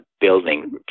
building